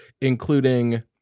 including